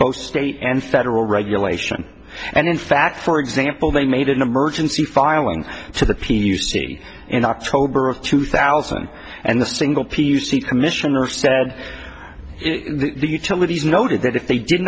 both state and federal regulation and in fact for example they made an emergency filing to the p c in october of two thousand and the single p u c commissioner said the utilities noted that if they did